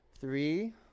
Three